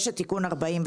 יש את תיקון 47,